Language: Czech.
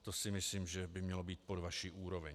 To si myslím, že by mělo být pod vaši úroveň.